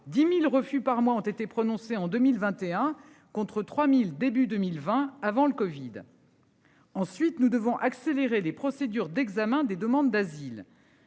10.000 refus par mois ont été prononcées en 2021 contre 3000 début 2020 avant le Covid.-- Ensuite nous devons accélérer les procédures d'examen des demandes d'asile